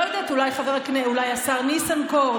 לא יודעת, אולי השר ניסנקורן?